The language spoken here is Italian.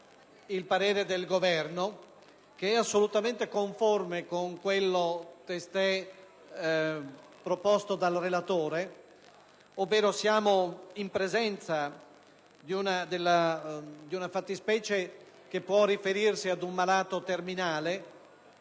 il parere del Governo, che è assolutamente conforme a quello testé proposto dal relatore. Siamo, infatti, in presenza di una fattispecie che può riferirsi a quella di un malato terminale